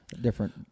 different